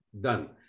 done